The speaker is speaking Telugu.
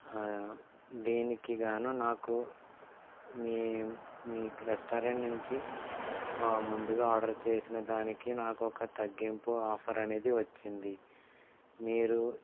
దీనికి కాను నాకు మీ మీ రెస్టారెంట్ నుంచి ముందుగా ఆర్డర్ చేసిన దానికి నాకు ఒక తగ్గింపు ఆఫర్ అనేది వచ్చింది మీరు